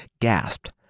gasped